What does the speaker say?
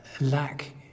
lack